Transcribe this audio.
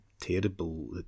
terrible